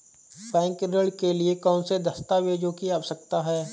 Bank ऋण के लिए कौन से दस्तावेजों की आवश्यकता है?